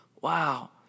Wow